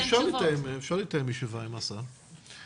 אפשר לתאם ישיבה עם השר.